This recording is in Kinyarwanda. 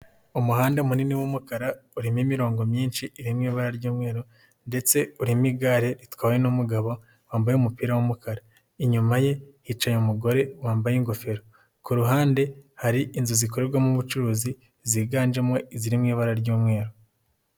Umuhanda munini wumukara urimo imirongo myinshi irimo ibara ry'umweru, ndetse umo igare ritwawe n'umugabo wambaye umupira w'umukara inyuma ye hicaye umugore wambaye ingofero ku ruhande hari inzu zikorerwamo ubucuruzi, ziganjemo iziri mu ibara ry'umweru.